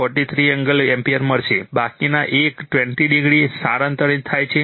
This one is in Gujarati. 43o એમ્પીયર મળશે બાકીના એક 20o સ્થાનાંતરિત થાય છે